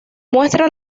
muestra